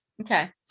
Okay